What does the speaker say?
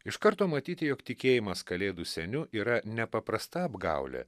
iš karto matyti jog tikėjimas kalėdų seniu yra nepaprasta apgaulė